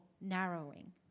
narrowing